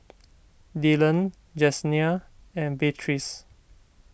Dillon Jessenia and Beatrice